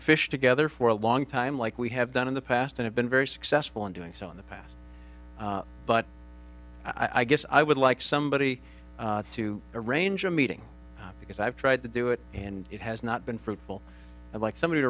fish together for a long time like we have done in the past and i've been very successful in doing so in the past but i guess i would like somebody to arrange a meeting because i've tried to do it and it has not been fruitful i'd like somebody